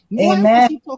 Amen